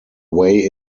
way